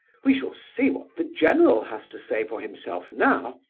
we shall see what the general has to say for himself now.